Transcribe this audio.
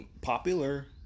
popular